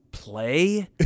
Play